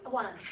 one